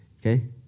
okay